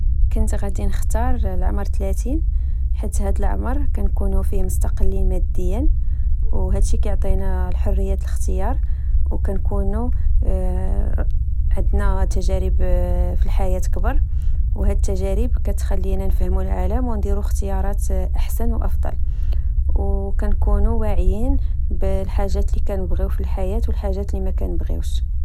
كنت غادي نختار العمر ثلاثين حيت هاد العمر كنكونو فيه مستقلين ماديا وهادشي كيعطينا حرية الاختيار ونكونو عندنا تجارب في الحياة كبر وهاد التجارب كتخلينا نفهمو العالم ونديرو اختيارات احسن وافضل ونكونوا واعيين بالحاجات اللي كنبغيو فالحياة والحاجات اللي كنبغيو